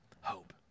hope